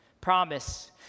promise